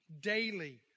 daily